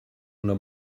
una